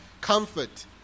comfort